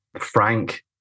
frank